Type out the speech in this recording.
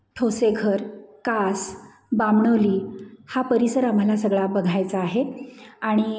ठोसेघर कास बामणोली हा परिसर आम्हाला सगळा बघायचा आहे आणि